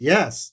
Yes